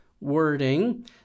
wording